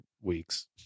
weeks